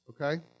okay